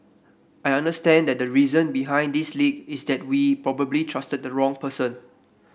I understand that the reason behind this leak is that we probably trusted the wrong person